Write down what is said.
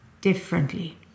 differently